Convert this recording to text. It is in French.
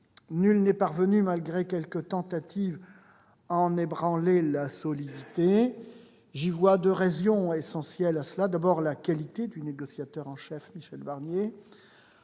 nul n'est parvenu, malgré quelques tentatives, à en ébranler la solidité. J'y vois deux raisons essentielles. La première est la qualité du négociateur en chef Michel Barnier.